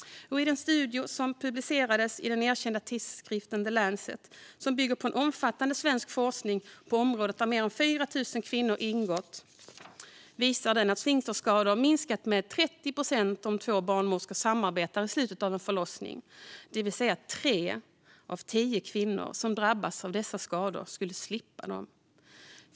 En studie som publicerats i den erkända tidskriften The Lancet och som bygger på omfattande svensk forskning på området där mer än 4 000 kvinnor ingått visar att sfinkterskador minskar med 30 procent om två barnmorskor samarbetar i slutet av en förlossning. Det vill säga att tre av tio kvinnor som drabbas av dessa skador skulle slippa dem.